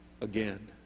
again